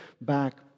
back